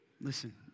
Listen